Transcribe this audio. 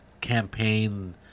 campaign